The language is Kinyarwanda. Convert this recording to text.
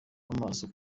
amaso